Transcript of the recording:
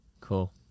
cool